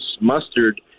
mustard